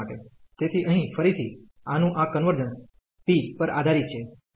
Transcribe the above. તેથી અહીં ફરીથી આનું આ કન્વર્જન્સ p પર આધારિત છે